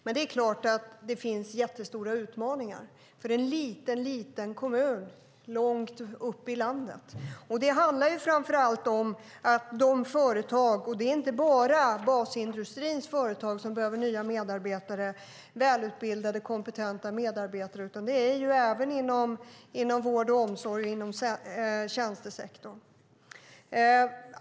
Men det är klart att det finns jättestora utmaningar, för detta är en liten kommun långt uppe i landet. Det handlar framför allt om de företag som behöver nya välutbildade, kompetenta medarbetare. Och det är inte bara basindustrins företag, utan det gäller även vård och omsorg och tjänstesektorn.